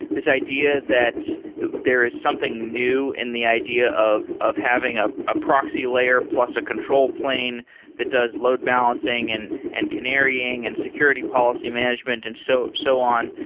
this idea that there is something new in the idea of of having ah a proxy layer, plus a control plane that does load balancing and and canarying and security policy management and so so on,